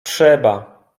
trzeba